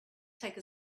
take